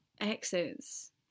exits